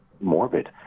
morbid